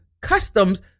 customs